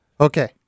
Okay